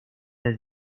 del